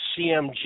CMG